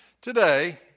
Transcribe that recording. Today